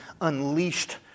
unleashed